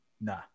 Nah